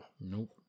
Nope